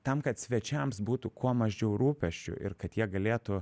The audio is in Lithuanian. tam kad svečiams būtų kuo mažiau rūpesčių ir kad jie galėtų